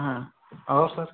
हाँ और सर